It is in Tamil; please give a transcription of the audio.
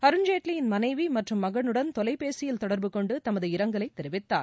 அருண்ஜேட்லியின் மனைவி மற்றும் மகனுடன் தொலைபேசியில் தொடர்பு கொண்டு தமது இரங்கலைத் தெரிவித்தார்